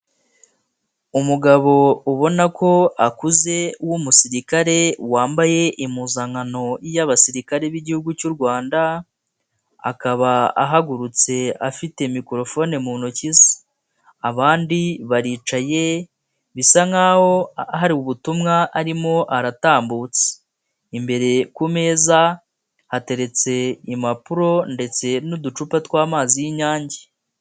Umugabo ubona ko akuze w'umusirikare wambaye impuzankano y'abasirikare b'igihugu cy'u Rwanda, akaba ahagurutse afite mikorofone mu ntoki ze, abandi baricaye bisa nk'aho hari ubutumwa arimo aratambutsa, imbere ku meza hateretse impapuro ndetse n'uducupa tw'amazi y'inyange.